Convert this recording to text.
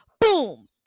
boom